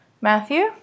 Matthew